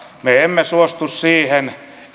me emme suostu siihen